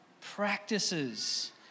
practices